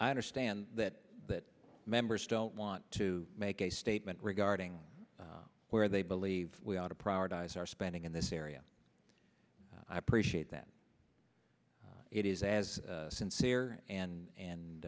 i understand that that members don't want to make a statement regarding where they believe we ought to prioritize our spending in this area i appreciate that it is as sincere and